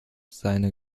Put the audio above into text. seine